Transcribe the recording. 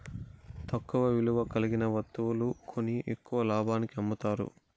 తక్కువ విలువ కలిగిన వత్తువులు కొని ఎక్కువ లాభానికి అమ్ముతారు